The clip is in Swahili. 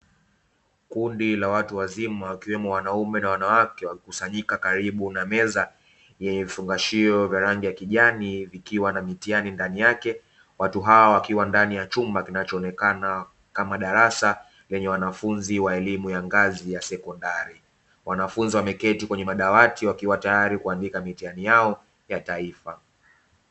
Kundi la watu wazima wakiwemo wanaume na wanawake wamekusanyika karibu na meza yenye vifungashio vya rangi ya kijani vikiwa na mitihani ndani yake. Watu hawa wakiwa ndani ya chumba kinachoonekana kama darasa lenye wanafunzi wa elimu ya ngazi ya sekondari. Wanafunzi wameketi kwenye madawati wakiwa tayari kuandika mitihani yao ya taifa.